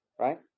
Right